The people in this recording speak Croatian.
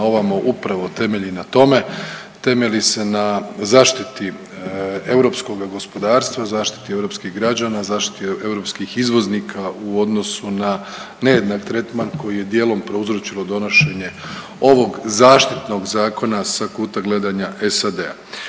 ovamo upravo temelji na tome, temelji se na zaštiti europskoga gospodarstva, zaštiti europskih građana, zaštiti europskih izvoznika u odnosu na nejednak tretman koji je dijelom prouzročilo donošenje ovog zaštitnog zakona sa kuta gledanja SAD-a.